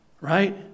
Right